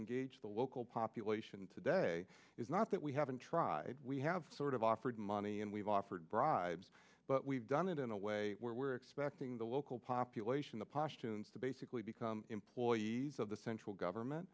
engage the local population today is not that we haven't tried we have sort of offered money and we've offered bribes but we've done it in a way where we're expecting the local population the pashtuns to basically become employees of the central government